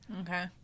Okay